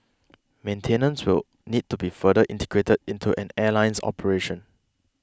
maintenance will need to be further integrated into an airline's operation